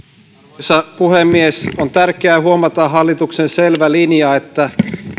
arvoisa puhemies on tärkeää huomata hallituksen selvä linja että